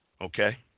Okay